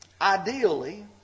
ideally